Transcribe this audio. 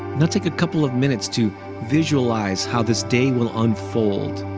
now take a couple of minutes to visualize how this day will unfold.